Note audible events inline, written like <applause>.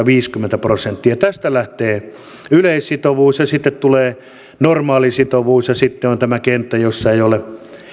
<unintelligible> viisikymmentä prosenttia tästä lähtee yleissitovuus ja sitten tulee normaali sitovuus ja sitten on tämä kenttä jossa ei ole